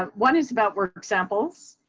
um one is about work examples.